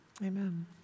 Amen